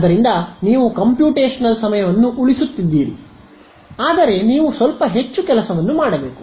ಆದ್ದರಿಂದ ನೀವು ಕಂಪ್ಯೂಟೇಶನಲ್ ಸಮಯವನ್ನು ಉಳಿಸುತ್ತಿದ್ದೀರಿ ಆದರೆ ನೀವು ಸ್ವಲ್ಪ ಹೆಚ್ಚು ಕೆಲಸವನ್ನು ಮಾಡಬೇಕು